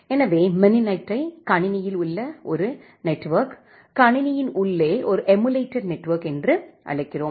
எனவே மினினெட்டை கணினியின் உள்ள ஒரு நெட்வெர்க் கணினியின் உள்ளே ஒரு எமுலேட்டட் நெட்வொர்க் என்று அழைக்கிறோம்